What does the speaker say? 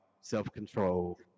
self-control